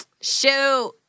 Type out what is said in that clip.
Shoot